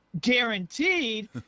Guaranteed